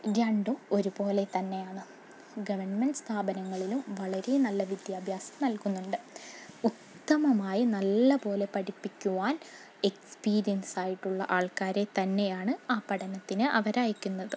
രണ്ടും ഒരുപോലെ തന്നെയാണോ ഗവൺമെൻ്റ് സ്ഥാപനങ്ങളിലും വളരെ നല്ല വിദ്യാഭ്യാസം നൽകുന്നുണ്ട് ഉത്തമമായി നല്ലപോലെ പഠിപ്പിക്കുവാൻ എക്സ്പീരിയൻസായിട്ടുള്ള ആൾക്കാരെ തന്നെയാണ് ആ പഠനത്തിന് അവരയക്കുന്നത്